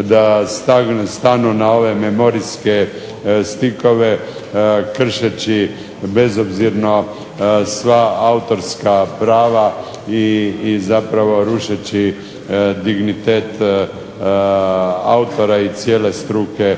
da stanu na ove memorijske stickove kršeći bezobzirno sva autorska prava i zapravo rušeći dignitet autora i cijele struke